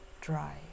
dry